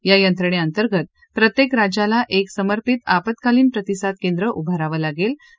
या यंत्रणेअंतर्गत प्रत्येक राज्याला एक समर्पीत आपत्कालीन प्रतिसाद केंद्र उभारावं लागणार आहे